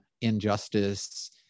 injustice